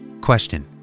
Question